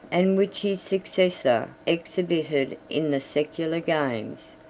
and which his successor exhibited in the secular games,